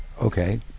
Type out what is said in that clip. okay